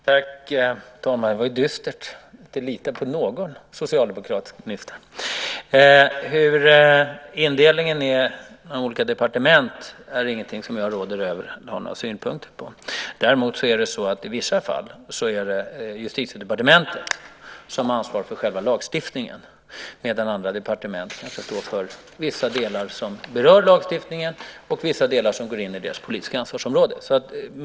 Herr talman! Det var ju dystert - att inte lita på någon socialdemokratisk minister! Hur indelningen är mellan olika departement är ingenting som jag råder över eller har några synpunkter på. Däremot är det så att i vissa fall är det Justitiedepartementet som har ansvar för själva lagstiftningen medan andra departement ska stå för vissa delar som berör lagstiftningen och vissa delar som går in i deras politiska ansvarsområden.